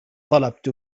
طلبت